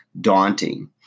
daunting